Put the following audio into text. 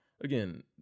Again